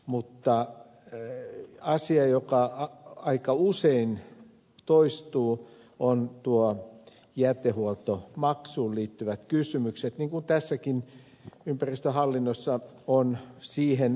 mutta asia joka aika usein toistuu ovat nuo jätehuoltomaksuun liittyvät kysymykset niin kuin tässäkin ympäristöhallinnossa on siihen rajautuvia esimerkkejä